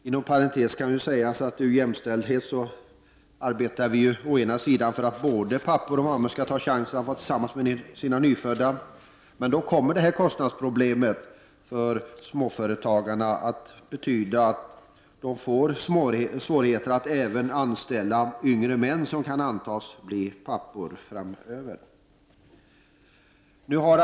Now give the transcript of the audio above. Inom parentes kan sägas att vi ur jämställdhetssynpunkt arbetar för att både pappor och mammor skall ta chansen att vara tillsammans med sina nyfödda barn. Men detta kostnadsproblem för småföretagarna kommer att betyda att de får svårigheter att anställa även yngre män som kan antas bli pappor framöver.